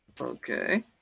Okay